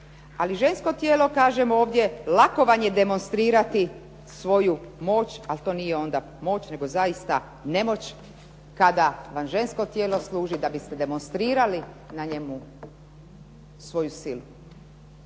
Ali žensko tijelo, kažem ovdje, lako vam je demonstrirati svoju moć, ali to nije onda moć nego zaista nemoć kada vam žensko tijelo služi da biste demonstrirali na njemu svoju silu.